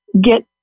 get